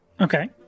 Okay